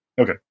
Okay